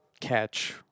catch